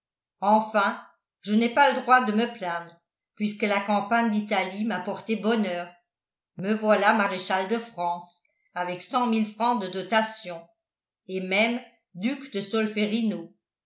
enfin je n'ai pas le droit de me plaindre puisque la campagne d'italie m'a porté bonheur me voilà maréchal de france avec cent mille francs de dotation et même duc de solferino